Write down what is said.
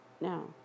Now